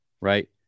right